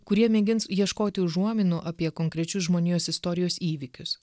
kurie mėgins ieškoti užuominų apie konkrečius žmonijos istorijos įvykius